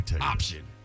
option